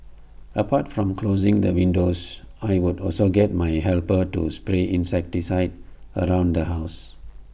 apart from closing the windows I would also get my helper to spray insecticide around the house